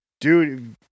Dude